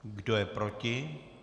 Kdo je proti?